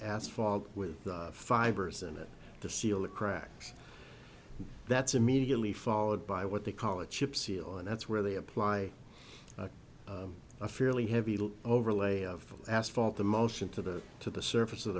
asphalt with fivers in it to seal the cracks that's immediately followed by what they call a chip seal and that's where they apply a fairly heavy overlay of asphalt the motion to the to the surface of